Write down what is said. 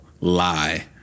lie